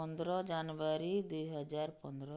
ପନ୍ଦର ଜାନୁଆରୀ ଦୁଇ ହଜାର ପନ୍ଦର